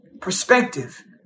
Perspective